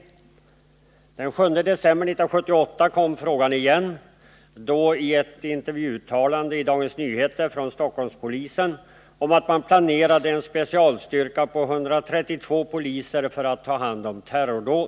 27 maj 1980 Den 7 december 1978 kom frågan igen, då i ett intervjuuttalande i Dagens Nyheter från Stockholmspolisen om att man planerade en specialstyrka på Om inrättande 132 poliser för att ta hand om terrordåd.